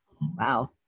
Wow